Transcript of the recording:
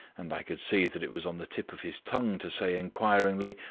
and i could see that it was on the tip of his tongue to say, inquiringly,